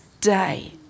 day